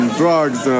drugs